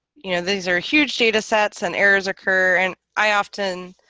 you know, these are huge data sets and errors occur and i often